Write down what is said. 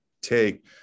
take